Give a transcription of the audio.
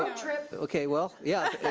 ah trip. okay well, yeah.